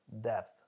depth